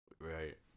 Right